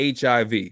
HIV